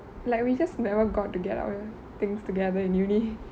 like we just never got to get our things together in uni